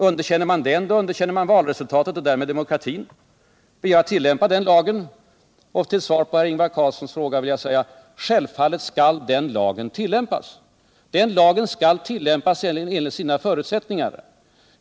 Underkänner man den, då underkänner man valresultatet och därmed demokratin. Vi har tillämpat den lagen, och till svar på Ingvar Carlssons fråga vill jag säga: Självfallet skall den lagen tillämpas enligt sina förutsättningar.